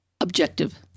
objective